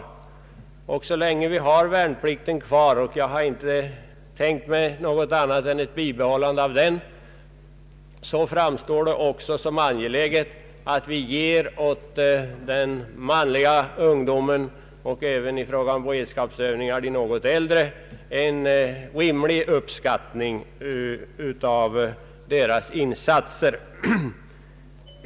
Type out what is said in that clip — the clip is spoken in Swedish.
Så länge vi har värnplikten kvar — och jag har inte tänkt mig annat än ett bibehållande av den — framstår det också som angeläget att vi visar den manliga ungdomen och när det gäller beredskapsövningar även de något äldre en rimlig uppskattning av deras insatser.